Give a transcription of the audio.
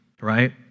right